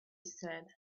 said